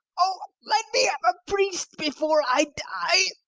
oh! let me have a priest before i die!